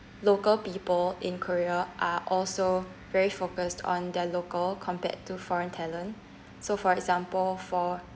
local people in korea are also very focused on their local compared to foreign talent so for example for